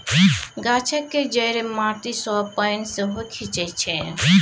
गाछक जड़ि माटी सँ पानि सेहो खीचई छै